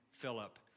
Philip